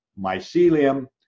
mycelium